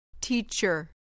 teacher